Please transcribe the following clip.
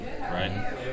Right